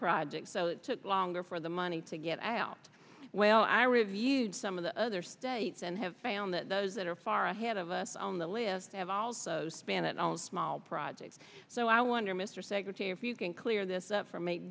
project so it took longer for the money to get out well i reviewed some of the other states and have found that those that are far ahead of us on the list have also span it on small projects so i wonder mr secretary if you can clear this up for ma